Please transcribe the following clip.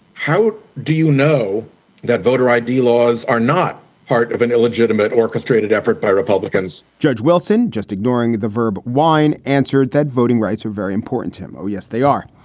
how do you know that voter i d. laws are not part of an illegitimate, orchestrated effort by republicans? judge wilson, just ignoring the verb wine, answered that voting rights are very important to him. oh, yes, they are.